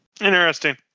Interesting